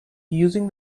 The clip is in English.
using